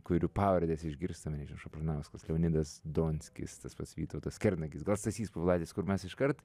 kurių pavardes išgirstam šapranauskas leonidas donskis tas pats vytautas kernagis gal stasys povilaitis kur mes iškart